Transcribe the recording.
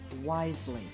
wisely